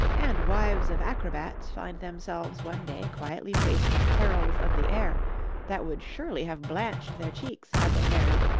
and wives of acrobats find themselves one day quietly facing perils of the air that would surely have blanched their cheeks had they married,